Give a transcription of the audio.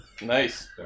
Nice